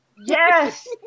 yes